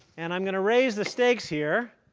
and i'm going to raise the stakes here.